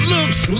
Looks